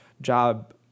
job